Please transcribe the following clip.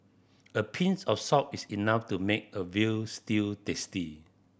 a pinch of salt is enough to make a veal stew tasty